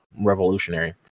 revolutionary